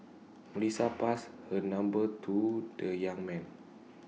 Melissa passed her number to the young man